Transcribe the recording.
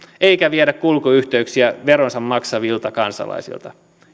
eikä vietävä kulkuyhteyksiä veronsa maksavilta kansalaisilta